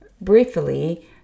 briefly